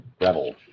rebel